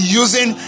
using